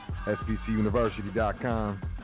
SBCUniversity.com